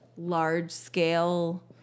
large-scale